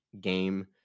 game